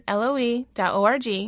loe.org